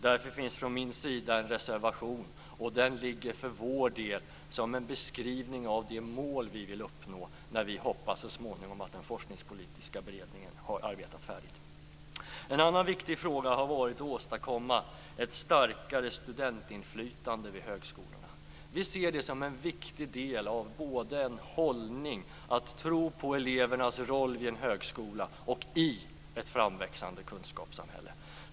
Därför finns det från min sida en reservation, som för vår del ligger som en beskrivning av de mål som vi vill uppnå i och med den forskningspolitiska beredningen, som vi hoppas så småningom är färdig med sitt arbete. En annan viktig fråga har varit att åstadkomma ett starkare studentinflytande vid högskolorna. Vi ser det som en viktig del av en hållning som innebär en tro på elevernas roll vid en högskola och i ett framväxande kunskapssamhälle.